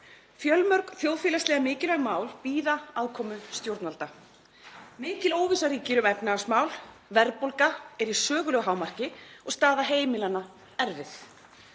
Fjölmörg þjóðfélagslega mikilvæg mál bíða aðkoma stjórnvalda. Mikil óvissa ríkir um efnahagsmál, verðbólga er í sögulegu hámarki og staða heimilanna erfið.